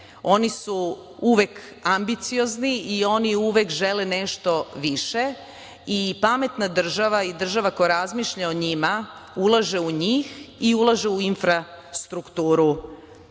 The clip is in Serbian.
oni su uvek ambiciozni i oni uvek žele nešto više i pametna država i država koja razmišlja o njima ulaže u njih i ulaže u infrastrukturu